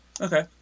Okay